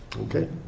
Okay